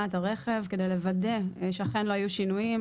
את הרכב כדי לוודא שאכן לא היו שינוים,